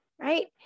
right